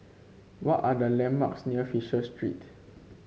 what are the landmarks near Fisher Street